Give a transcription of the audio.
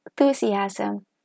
enthusiasm